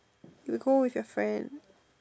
you go with your friend